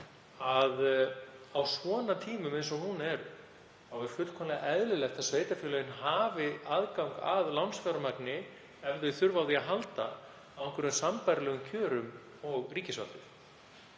að á svona tímum eins og nú eru er fullkomlega eðlilegt að sveitarfélögin hafi aðgang að lánsfjármagni, ef þau þurfa á því að halda, á sambærilegum kjörum og ríkisvaldið.